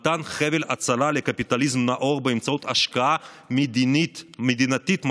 מתן חבל הצלה לקפיטליזם נאור באמצעות השקעה מדינתית מסיבית,